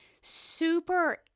super